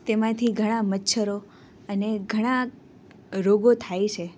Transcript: તેમાંથી ઘણાં મચ્છરો અને ઘણા રોગો થાય છે